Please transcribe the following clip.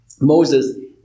Moses